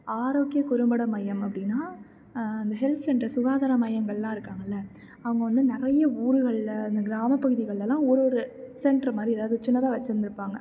ஆரோக்கிய குறும்பட மையம் அப்படின்னா இந்த ஹெல்த் சென்டர் சுகாதார மையங்கள்லாம் இருக்காங்கல்ல அவங்க வந்து நிறைய ஊர்கள்ல இந்த கிராமப் பகுதிகள்லலாம் ஒரு ஒரு சென்ட்ரு மாதிரி எதாவது சின்னதாக வெச்சுருந்திருப்பாங்க